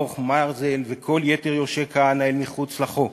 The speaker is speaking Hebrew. את ברוך מרזל וכל יתר יורשי כהנא אל מחוץ לחוק.